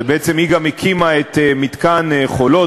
ובעצם היא גם הקימה את מתקן "חולות",